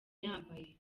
yambaye